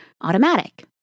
automatic